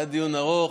היה דיון ארוך.